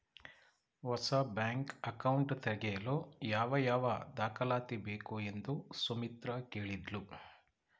ಹೊಸ bank account ತೆಗೆಯಲು ಯಾವ ಯಾವ ದಾಖಲಾತಿ ಬೇಕು ಎಂದು ಸುಮಿತ್ರ ಕೇಳಿದ್ಲು